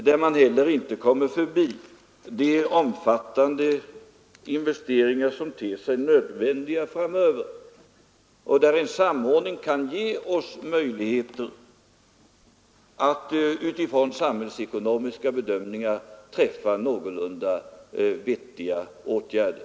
Man kommer heller inte förbi de omfattande investeringar som ter sig nödvändiga framöver, där en samordning kan ge oss möjligheter att utifrån sam hällsekonomiska bedömningar vidta någorlunda vettiga åtgärder.